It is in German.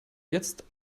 jetzt